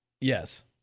Yes